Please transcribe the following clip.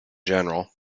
general